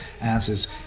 answers